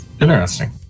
Interesting